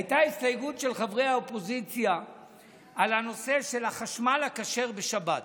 הייתה הסתייגות של חברי האופוזיציה על הנושא של החשמל הכשר בשבת.